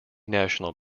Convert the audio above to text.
national